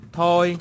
Thôi